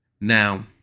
now